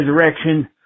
resurrection